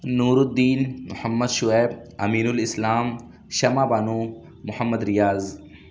Nooruddin Muhammad Shoaib Amir Islam Shama Bano Muhammad Riaz